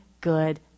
good